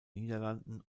niederlanden